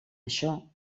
això